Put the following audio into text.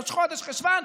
ראש חודש חשוון,